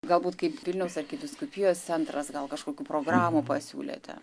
galbūt kaip vilniaus arkivyskupijos centras gal kažkokių programų pasiūlėte